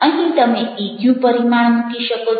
અહીં તમે ઇક્યુ પરિમાણ મૂકી શકો છો